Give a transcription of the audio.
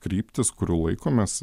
kryptis kurių laikomės